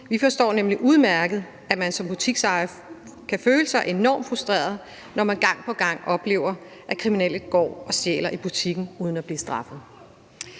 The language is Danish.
Vi forstår nemlig udmærket, at man som butiksejer kan føle sig enormt frustreret, når man gang på gang oplever, at kriminelle går og stjæler i butikken uden at blive straffet.